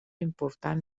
important